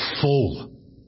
full